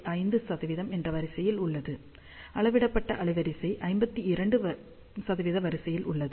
5 என்ற வரிசையில் உள்ளது அளவிடப்பட்ட அலைவரிசை 52 வரிசையில் உள்ளது